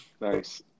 Nice